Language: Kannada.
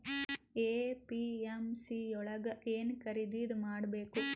ಎ.ಪಿ.ಎಮ್.ಸಿ ಯೊಳಗ ಏನ್ ಖರೀದಿದ ಮಾಡ್ಬೇಕು?